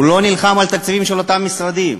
הוא לא נלחם על התקציבים של אותם משרדים.